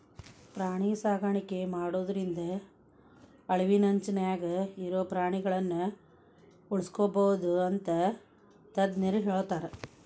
ಪ್ರಾಣಿ ಸಾಕಾಣಿಕೆ ಮಾಡೋದ್ರಿಂದ ಅಳಿವಿನಂಚಿನ್ಯಾಗ ಇರೋ ಪ್ರಾಣಿಗಳನ್ನ ಉಳ್ಸ್ಬೋದು ಅಂತ ತಜ್ಞರ ಹೇಳ್ತಾರ